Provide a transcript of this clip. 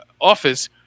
office